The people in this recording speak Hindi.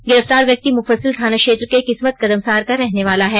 गिरफ्तार व्यक्ति मुफसिल थाना क्षेत्र के किस्मत कदमसार का रहने वाला है